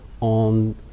on